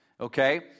okay